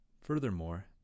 Furthermore